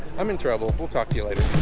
i'm in trouble. we'll talk to you later,